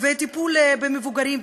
וטיפול במבוגרים,